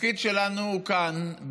התפקיד שלנו כאן,